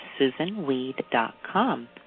SusanWeed.com